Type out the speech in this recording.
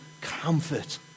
comfort